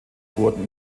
wurden